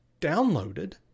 downloaded